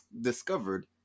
discovered